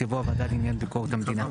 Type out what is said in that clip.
יבוא 'הוועדה לעניין ביקורת המדינה'.